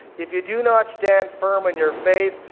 if you do not stand firm in your faith,